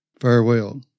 Farewell